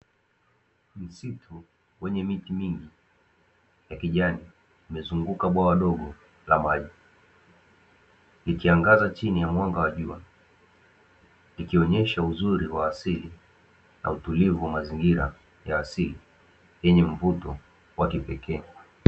Msitu wenye miti mingi ya kijani imezunguka bwawa dogo la maji ikiangaza chini ya mwanga wa jua, ikionyesha uzuri wa asili na utulivu wa mazingira ya asili yenye mvuto wa kipekee.